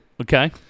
Okay